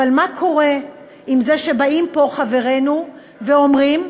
אבל מה קורה עם זה שבאים פה חברינו ואומרים,